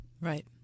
Right